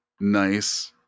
nice